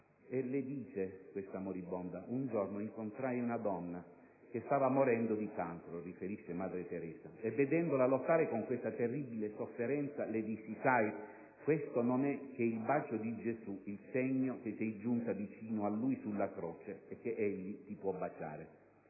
Riferisce Madre Teresa: «Un giorno incontrai una donna che stava morendo di cancro e, vedendola lottare con questa terribile sofferenza, le dissi: sai, questo non è che il bacio di Gesù, il segno che sei giunta vicino a lui sulla croce e che egli ti può baciare.